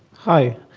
hi.